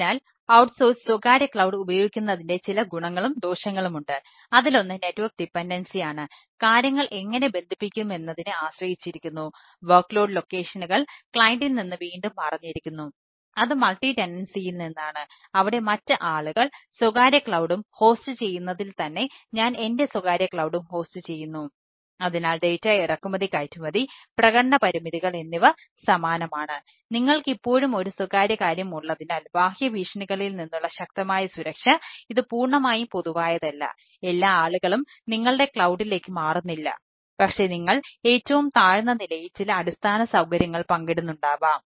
അതിനാൽ ഔട്ട്സോഴ്സ് മാറുന്നില്ല പക്ഷേ നിങ്ങൾ ഏറ്റവും താഴ്ന്ന നിലയിൽ ചില അടിസ്ഥാന സൌകര്യങ്ങൾ പങ്കിടുന്നുണ്ടാകാം